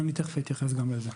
אני תכף אתייחס גם לזה.